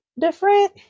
different